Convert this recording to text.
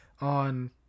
on